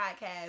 podcast